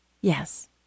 Yes